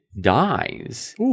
dies